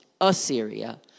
Assyria